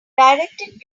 directed